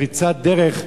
פריצת דרך,